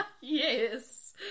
yes